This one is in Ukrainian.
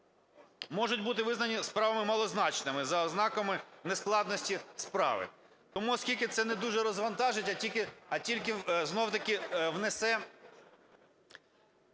можуть бути визнані справи малозначними за ознаками нескладності справи. Тому, оскільки це не дуже розвантажить, а тільки знов-таки внесе